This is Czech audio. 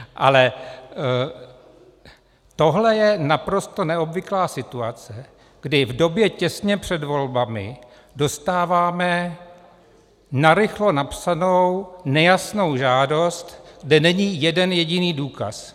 Ale tohle je naprosto neobvyklá situace, kdy v době těsně před volbami dostáváme narychlo napsanou nejasnou žádost, kde není jeden jediný důkaz.